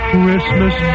Christmas